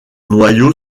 noyau